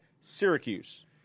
Syracuse